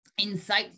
insightful